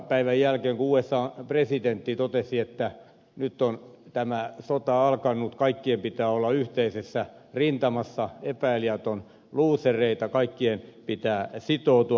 päivän jälkeen kun usan presidentti totesi että nyt on tämä sota alkanut kaikkien pitää olla yhteisessä rintamassa epäilijät ovat luusereita kaikkien pitää sitoutua